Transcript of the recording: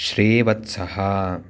श्रीवत्सः